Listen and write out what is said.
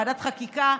ועדת חקיקה,